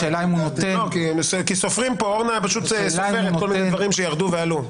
השאלה אם הוא נותן --- אורנה פה סופרת כל מיני דברים שירדו ועלו.